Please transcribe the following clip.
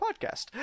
podcast